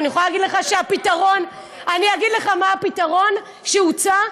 אני אגיד לך מה הפתרון שהוצע,